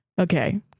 okay